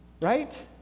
right